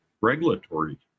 regulatory